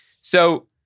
So-